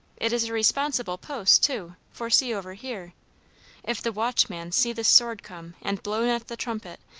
it is a responsible post, too, for see over here if the watchman see the sword come, and blow not the trumpet,